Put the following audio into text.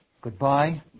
goodbye